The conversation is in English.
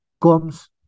comes